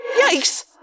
Yikes